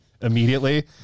immediately